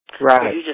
Right